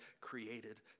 created